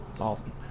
Awesome